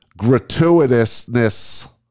gratuitousness